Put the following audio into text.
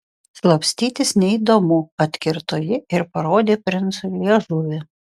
slapstytis neįdomu atkirto ji ir parodė princui liežuvį